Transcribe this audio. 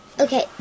okay